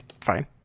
fine